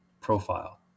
profile